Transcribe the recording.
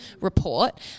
report